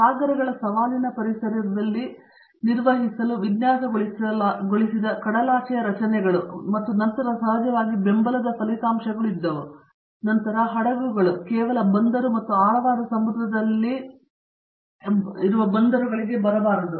ಆದ್ದರಿಂದ ಸಾಗರಗಳ ಸವಾಲಿನ ಪರಿಸರದಲ್ಲಿ ನಿರ್ವಹಿಸಲು ವಿನ್ಯಾಸಗೊಳಿಸಿದ ಕಡಲಾಚೆಯ ರಚನೆಗಳು ಮತ್ತು ನಂತರ ಸಹಜವಾಗಿ ಬೆಂಬಲದ ಫಲಿತಾಂಶಗಳು ಇದ್ದವು ಮತ್ತು ನಂತರ ಹಡಗುಗಳು ಕೇವಲ ಬಂದರು ಮತ್ತು ಆಳವಾದ ಸಮುದ್ರದಲ್ಲಿ ಅವರು ಬಂದರುಗಳಿಗೆ ಬರಬಾರದು